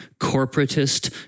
corporatist